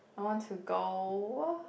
I want to go